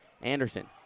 Anderson